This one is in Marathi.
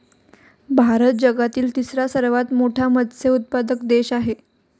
भारत जगातील तिसरा सर्वात मोठा मत्स्य उत्पादक देश आहे